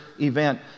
event